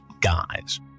guys